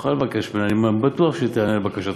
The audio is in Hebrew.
תוכל לבקש ממנה, ואני בטוח שהיא תיענה לבקשתך.